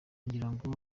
ngirango